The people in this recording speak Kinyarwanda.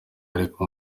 ariko